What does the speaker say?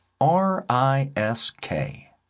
R-I-S-K